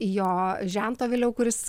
jo žentą vėliau kuris